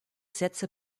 sätze